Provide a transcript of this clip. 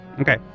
Okay